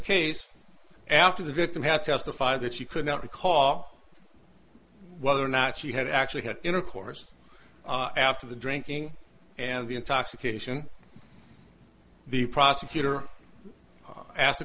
case after the victim had testified that she could not recall whether or not she had actually had intercourse after the drinking and the intoxication the prosecutor asked a